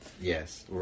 Yes